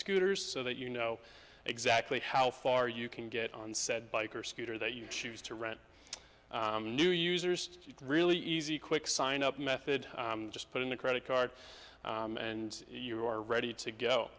scooters so that you know exactly how far you can get on said bike or scooter that you choose to rent new users really easy quick sign up method just put in a credit card and you are ready to go